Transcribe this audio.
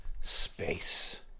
space